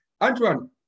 Antoine